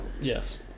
Yes